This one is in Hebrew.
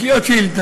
יש לי עוד שאילתה.